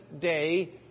day